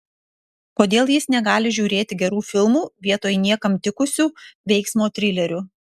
kodėl jis negali žiūrėti gerų filmų vietoj niekam tikusių veiksmo trilerių